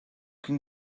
can